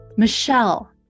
Michelle